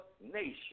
nation